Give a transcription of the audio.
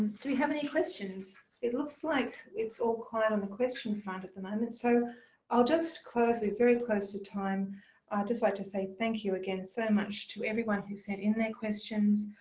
do we have any questions? it looks like it's all quiet on the question front at the moment. so i'll just close, we're very close to time. i just like to say thank you again so much to everyone who sent in their questions